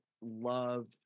love